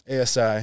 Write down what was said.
ASI